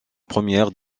première